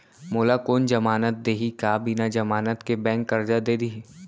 मोला कोन जमानत देहि का बिना जमानत के बैंक करजा दे दिही?